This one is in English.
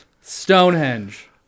Stonehenge